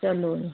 ਚਲੋ